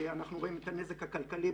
אנחנו רואים את הנזק הכלכלי,